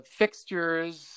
fixtures